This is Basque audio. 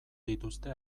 dituzte